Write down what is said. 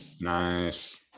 Nice